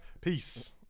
Peace